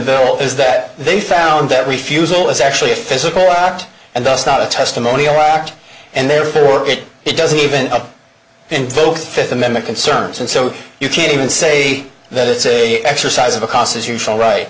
bill is that they found that refusal is actually a physical out and thus not a testimonial act and therefore it doesn't even invoke the fifth amendment concerns and so you can't even say that it's a exercise of a constitutional